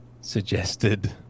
suggested